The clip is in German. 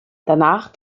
danach